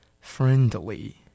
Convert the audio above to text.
friendly